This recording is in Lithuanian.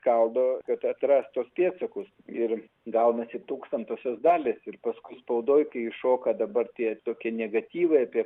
gaudo kad atrast tuos pėdsakus ir gaunasi tūkstantosios dalys ir paskui spaudoj kai iššoka dabar tie tokie negatyvai apie